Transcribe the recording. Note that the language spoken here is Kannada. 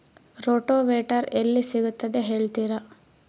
ರೋಟೋವೇಟರ್ ಎಲ್ಲಿ ಸಿಗುತ್ತದೆ ಹೇಳ್ತೇರಾ?